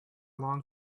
long